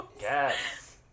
Yes